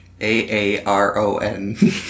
A-A-R-O-N